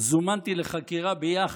זומנתי לחקירה ביאח"ה,